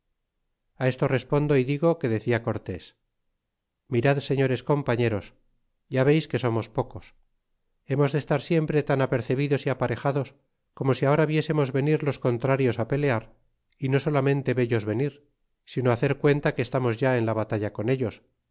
a esto respondo y digo que decia cortés mirad señores compañeros ya veis que somos pocos hemos de estar siempre tan apercebidos y aparejados como si ahora viésemos venir los contrarios á pelear y no solamente vellos venir sino hacer cuenta que estamos ya en la batalla con ellos